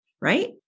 Right